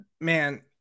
man